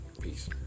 Peace